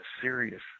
serious